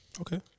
Okay